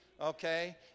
okay